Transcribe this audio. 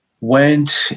went